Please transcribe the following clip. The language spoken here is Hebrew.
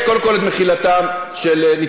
(חבר הכנסת אורן אסף חזן יוצא מאולם המליאה.)